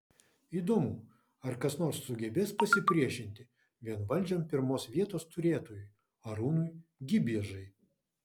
įdomu ar kas nors sugebės pasipriešinti vienvaldžiam pirmos vietos turėtojui arūnui gibiežai